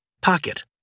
Pocket